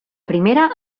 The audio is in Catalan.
primera